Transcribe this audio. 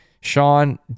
Sean